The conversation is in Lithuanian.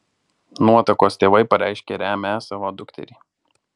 nuotakos tėvai pareiškė remią savo dukterį